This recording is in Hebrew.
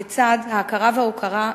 לצד ההכרה וההוקרה,